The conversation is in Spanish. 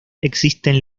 existen